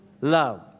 love